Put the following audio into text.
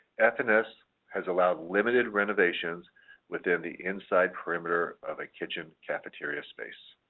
fns has allowed limited renovations within the inside perimeter of a kitchen cafeteria space.